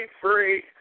free